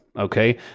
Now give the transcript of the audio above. okay